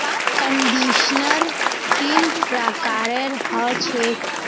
conditioner तीन प्रकारेर ह छेक